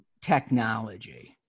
technology